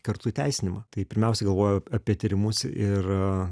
kartu įteisinimą tai pirmiausia galvoju apie tyrimus ir